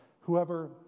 whoever